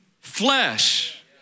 flesh